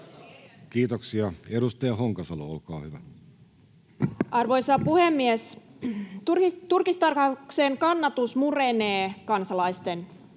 Kiitoksia. — Edustaja Honkasalo, olkaa hyvä. Arvoisa puhemies! Turkistarhauksen kannatus murenee kansalaisten